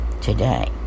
today